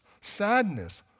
Sadness